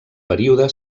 període